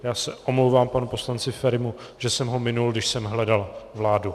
Já se omlouvám panu poslanci Ferimu, že jsem ho minul, když jsem hledal vládu.